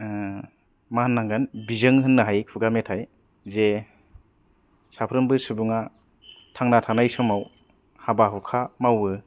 मा होननांगोन बिजों होननो हायो खुगा मेथाइ जे साफ्रोमबो सुबुंआ थांना थानाय समाव हाबा हुखा मावो